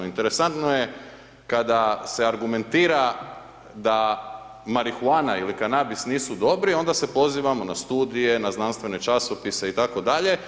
Interesantno je kada se argumentira da marihuana ili kanabis nisu dobri, onda se pozivamo na studije, na znanstvene časopise itd.